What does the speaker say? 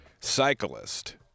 cyclist